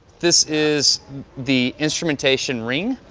this is the instrumentation ring,